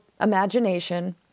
imagination